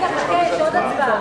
ובכן,